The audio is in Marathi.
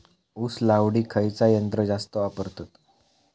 ऊस लावडीक खयचा यंत्र जास्त वापरतत?